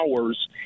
hours